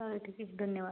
हां ठीक आहे धन्यवाद